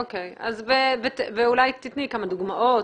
אוקיי, ואולי תני כמה דוגמאות,